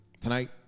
Tonight